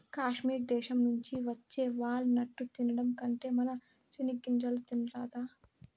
కాశ్మీర్ దేశం నుంచి వచ్చే వాల్ నట్టు తినడం కంటే మన సెనిగ్గింజలు తినరాదా